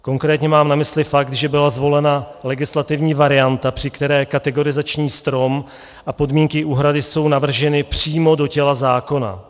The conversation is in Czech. Konkrétně mám na mysli fakt, že byla zvolena legislativní varianta, při které kategorizační strom a podmínky úhrady jsou navrženy přímo do těla zákona.